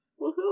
Woohoo